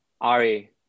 ari